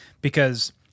because-